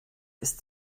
ist